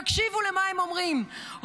תקשיבו למה שהם אומרים,